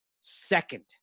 second